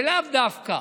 זה לאו דווקא,